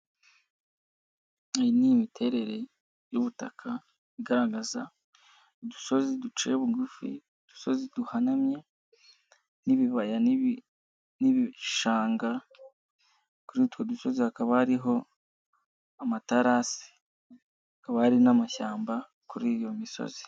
Iyi ni imiterere y'ubutaka, igaragaza udusozi duciye bugufi, udusozi duhanamye, n'ibibaya n'ibishanga, kuri utwo dusozi hakaba hariho amatarasi, hakaba hari n'amashyamba kuri iyo misozi.